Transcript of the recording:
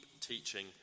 teaching